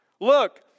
Look